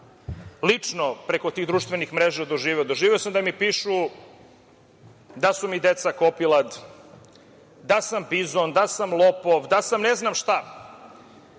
lično preko tih društvenih mreža doživeo. Dožive sam da mi pišu da su mi deca kopilad, da sam bizon, da sam lopov, da sam ne znam šta,